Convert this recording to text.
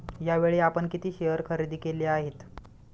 यावेळी आपण किती शेअर खरेदी केले आहेत?